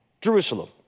Jerusalem